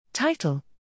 Title